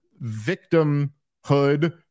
victimhood